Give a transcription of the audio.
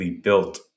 built